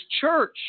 church